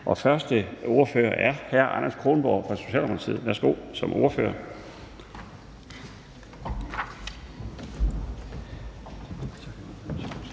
Den første ordfører er hr. Anders Kronborg fra Socialdemokratiet. Værsgo. Kl.